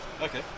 Okay